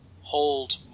hold